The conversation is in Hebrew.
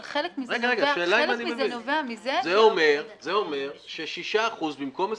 אבל חלק מזה נובע מזה --- זה אויר ש-65 במקום 20%,